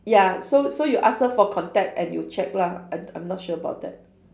ya so so you ask her for contact and you check lah I I'm not sure about that